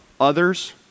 others